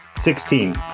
Sixteen